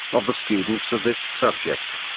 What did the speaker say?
of the students of this subject.